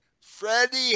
Freddie